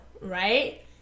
right